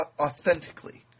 authentically